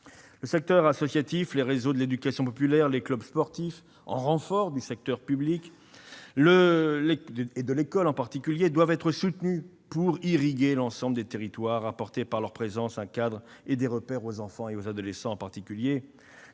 Le secteur associatif, les réseaux de l'éducation populaire ou les clubs sportifs, en renfort du service public, de l'école notamment, doivent être soutenus pour irriguer l'ensemble des territoires et apporter par leur présence un cadre et des repères aux enfants et aux adolescents. C'est